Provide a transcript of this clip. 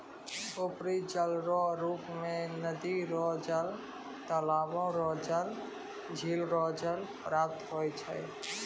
उपरी जलरो रुप मे नदी रो जल, तालाबो रो जल, झिल रो जल प्राप्त होय छै